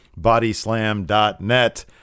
Bodyslam.net